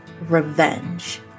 revenge